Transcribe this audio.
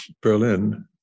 Berlin